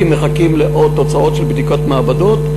כי מחכים לעוד תוצאות של בדיקות מעבדות,